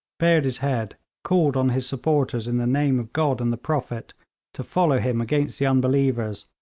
bared his head, called on his supporters in the name of god and the prophet to follow him against the unbelievers,